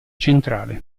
centrale